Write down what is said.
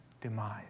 demise